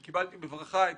קיבלתי בברכה את